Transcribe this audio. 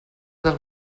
del